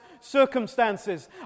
circumstances